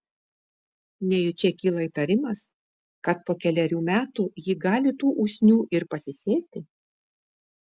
nejučia kyla įtarimas kad po kelerių metų ji gali tų usnių ir pasisėti